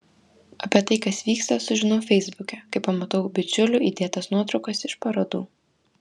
apie tai kas vyksta sužinau feisbuke kai pamatau bičiulių įdėtas nuotraukas iš parodų